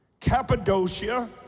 Cappadocia